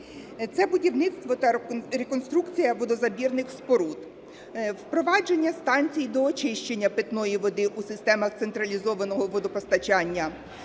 це будівництво та реконструкція водозабірних споруд; впровадження станцій доочищення питної води у с истемах централізованого водопостачання;